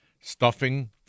stuffing